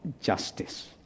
justice